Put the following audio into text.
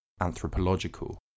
anthropological